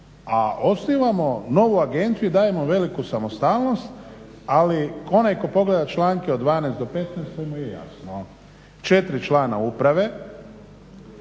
a osnivamo novu agenciju i dajemo veliku samostalnost. Ali onaj tko pogleda članke od 12. do 15. sve mu je jasno. Četiri člana uprave,